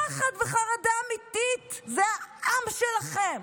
פחד וחרדה אמיתית, זה העם שלכם,